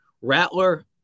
Rattler